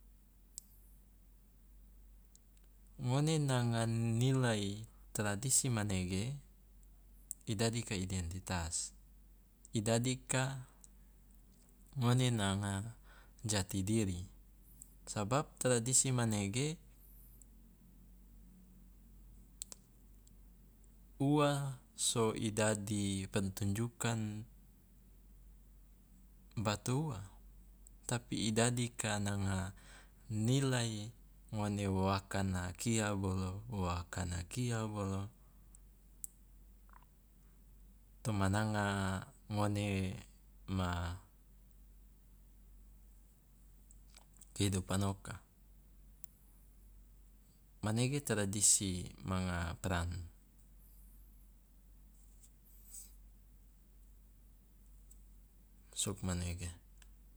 Ngone nanga nilai tradisi manege i dadi ka identitas, i dadi ka ngone nanga jati diri, sabab tradisi manege ua so i dadi pertunjukan bato ua, tapi i dadi ka nanga nilai ngone wo akana kia bolo wo akana kia bolo toma nanga ngone ma kehidupan oka, manege tradisi manga peran, sugmanege.